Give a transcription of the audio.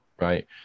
right